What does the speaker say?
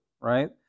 right